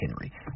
Henry